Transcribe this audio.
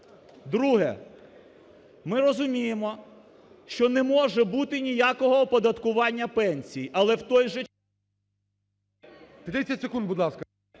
Друге. Ми розуміємо, що не може бути ніякого оподаткування пенсій, але в той же час… ГОЛОВУЮЧИЙ. 30 секунд, будь ласка.